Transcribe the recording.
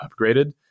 upgraded